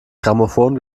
grammophon